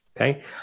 Okay